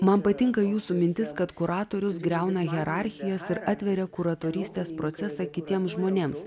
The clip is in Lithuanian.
man patinka jūsų mintis kad kuratorius griauna hierarchijas ir atveria kuratorystės procesą kitiems žmonėms